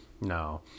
no